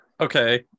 Okay